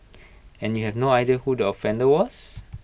and you have no idea who the offender was